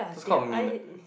it's called mint